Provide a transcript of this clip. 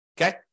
Okay